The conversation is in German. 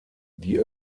die